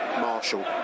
Marshall